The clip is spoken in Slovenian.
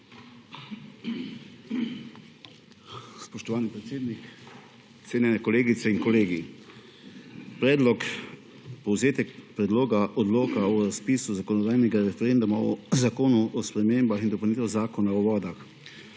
Spoštovani predsednik, cenjene kolegice in kolegi! Povzetek Predloga odloka o razpisu zakonodajnega referenduma o Zakonu o spremembah in dopolnitvah Zakona o vodah.